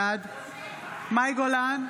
בעד מאי גולן,